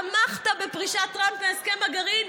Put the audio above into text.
תמכת בפרישת טראמפ מהסכם הגרעין,